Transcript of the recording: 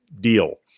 deal